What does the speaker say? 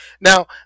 Now